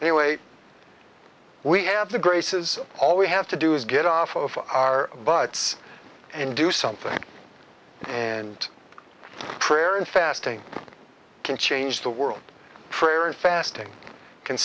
any way we have the graces all we have to do is get off of our butts and do something and prayer and fasting can change the world prayer and fasting can